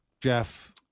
Jeff